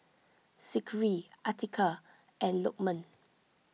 Zikri Atiqah and Lokman